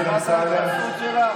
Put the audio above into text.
הכנסת אמסלם,